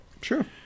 Sure